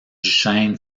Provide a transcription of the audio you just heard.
duchesne